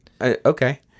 Okay